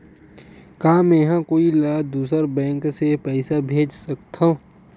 का मेंहा कोई ला दूसर बैंक से पैसा भेज सकथव?